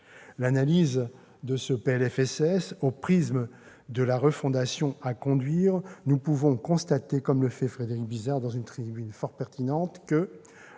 sociale au prisme de la refondation à conduire, nous pouvons constater, comme le fait Frédéric Bizard dans une tribune fort pertinente, que